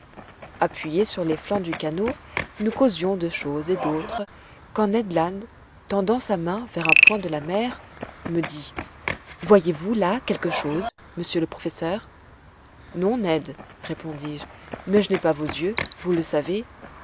appuyés sur les flancs du canot nous causions de choses et d'autres quand ned land tendant sa main vers un point de la mer me dit voyez-vous là quelque chose monsieur le professeur non ned répondis-je mais je n'ai pas vos yeux vous le savez